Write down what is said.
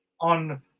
on